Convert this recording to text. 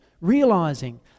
realizing